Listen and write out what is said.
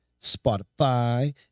Spotify